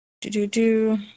Do-do-do